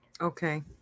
Okay